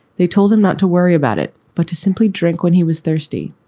they told him not to worry about it, but to simply drink when he was thirsty.